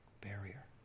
barrier